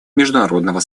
международного